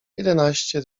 jedenaście